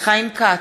חיים כץ,